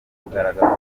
bugaragaza